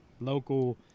local